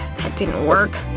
that didn't work.